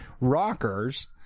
rockers